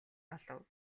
олов